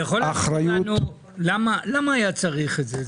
אתה יכול להסביר לנו למה היה צריך את זה.